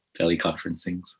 teleconferencing